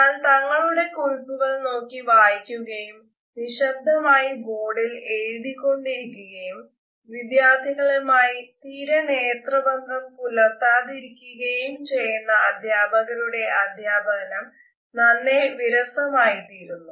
എന്നാൽ തങ്ങളുടെ കുറിപ്പുകൾ നോക്കി വായിക്കുകയും നിശബ്ദമായി ബോർഡിൽ എഴുതിക്കൊണ്ടിരിക്കുകയും വിദ്യാർത്ഥികളുമായി തീരെ നേത്രബന്ധം പുലർത്തിരിക്കുകയും ചെയ്യാത്ത അധ്യാപകരുടെ അധ്യാപനം തന്നെ വിരസമായിതീരുന്നു